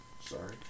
Sorry